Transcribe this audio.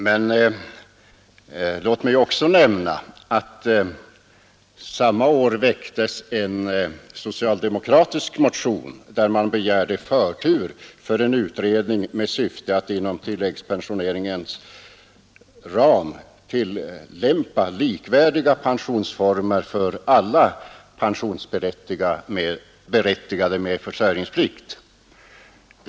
Men låt mig också nämna att samma år väcktes en socialdemokratisk motion, där man begärde förtur för en utredning med syfte att inom tilläggspen sioneringens ram tillämpa likvärdiga pensionsformer för alla pensionsberättigade med försörjningsplikt.